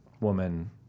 woman